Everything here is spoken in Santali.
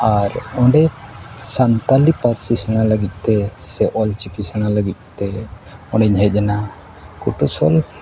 ᱟᱨ ᱚᱸᱰᱮ ᱥᱟᱱᱛᱟᱲᱤ ᱯᱟᱹᱨᱥᱤ ᱥᱮᱬᱟᱭ ᱞᱟᱹᱜᱤᱫᱛᱮ ᱥᱮ ᱚᱞ ᱪᱤᱠᱤ ᱥᱮᱬᱟ ᱞᱟᱹᱜᱤᱫᱛᱮ ᱚᱱᱰᱤᱧ ᱦᱮᱡ ᱮᱱᱟ ᱠᱩᱴᱟᱹᱥᱟᱞ